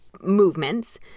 movements